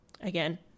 Again